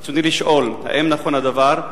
רצוני לשאול: 1. האם נכון הדבר?